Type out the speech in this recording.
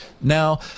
Now